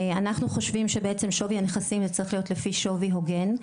אנחנו חושבים שבעצם שווי הנכסים צריך להיות לפי שווי הוגן,